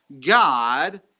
God